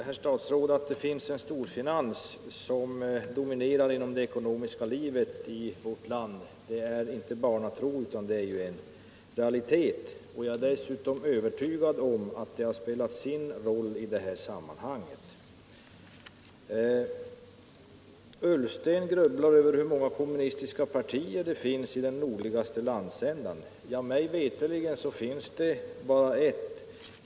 Herr talman! Att det finns en storfinans som dominerar det ekonomiska livet i vårt land är inte barnatro, herr statsråd, utan det är en realitet. Jag är dessutom övertygad om att den storfinansen har spelat sin roll i detta sammanhang. Herr Ullsten grubblade över hur många kommunistiska partier det finns i den nordligaste landsändan. Mig veterligt finns det bara ett.